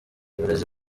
burezi